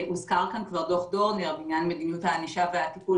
הוזכר כאן כבר דוח דורנר בעניין מדיניות הענישה והטיפול